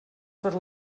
per